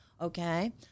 okay